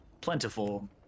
plentiful